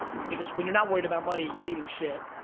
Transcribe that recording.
because when you're not worried about money, you're eating shit.